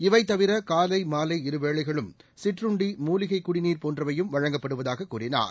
இவை தவிர காலை மாலை இருவேளைகளும் சிற்றுண்டி மூலிகைக் குடிநீர் போன்றவையும் வழங்கப்படுவதாக கூறினார்